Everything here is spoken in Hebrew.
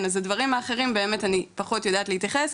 אז הדברים האחרים אני פחות יודעת להתייחס,